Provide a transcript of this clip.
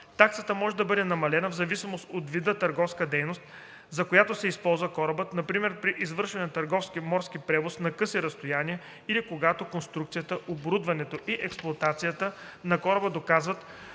таксата може да бъде намалена в зависимост от вида търговска дейност, за която се използва корабът, например при извършване на търговски морски превоз на къси разстояния или когато конструкцията, оборудването и експлоатацията на кораба доказват,